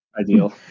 ideal